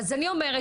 אז אני אומרת,